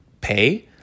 pay